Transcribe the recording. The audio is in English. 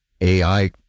AI